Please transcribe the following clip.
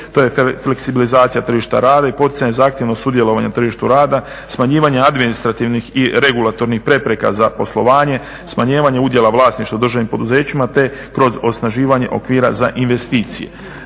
to je fleksibilizacija tržišta rada i poticaja zahtjevnog sudjelovanja na tržištu rada, smanjivanje administrativnih i regulatornih prepreka za poslovanje, smanjivanje udjela vlasništva u državnim poduzećima, te kroz osnaživanje okvira za investicije.